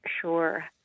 sure